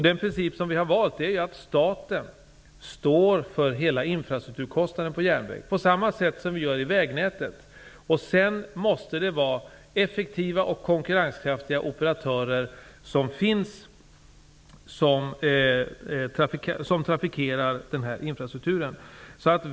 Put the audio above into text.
Den princip som vi har valt är att staten står för hela infrastrukturkostnaden för järnvägen på samma sätt som vi gör i vägnätet. Sedan måste det vara effektiva och konkurrenskraftiga operatörer som trafikerar den här infrastrukturen.